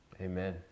Amen